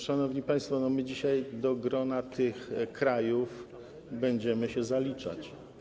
Szanowni państwo, my dzisiaj do grona tych krajów będziemy się zaliczać.